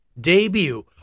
debut